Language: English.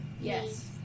Yes